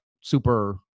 super